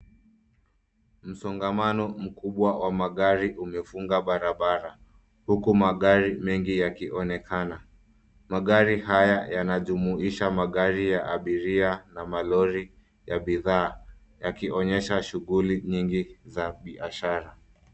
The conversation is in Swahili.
Msongamano mkubwa wa magari umefunga barabara, huku magari mengi yakionekana. Magari haya yanajumuisha magari ya abiria, na malori ya bidhaa, yakionyesha shughuli nyingi za biashara.